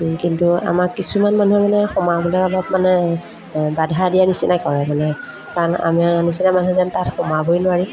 কিন্তু আমাক কিছুমান মানুহে মানে সোমাবলৈ অলপ মানে বাধা দিয়া নিচিনাই কৰে মানে কাৰণ আমাৰ নিচিনা মানুহ যেন তাত সোমাবই নোৱাৰিম